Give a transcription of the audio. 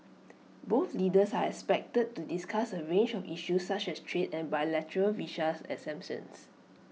both leaders are expected to discuss A range of issues such as trade and bilateral visa exemptions